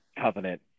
covenant